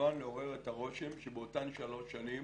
כמובן לעורר את הרושם שבאותן שלוש שנים,